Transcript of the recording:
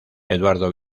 eduardo